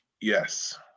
Yes